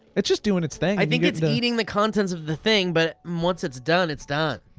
it's just doing it's thing. i think it's eating the contents of the thing, but once it's done, it's done.